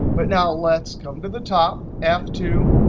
but now, let's come to the top. f two,